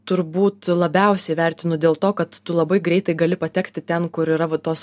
turbūt labiausiai vertinu dėl to kad tu labai greitai gali patekti ten kur yra va tos